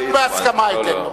רק בהסכמה אתן לו.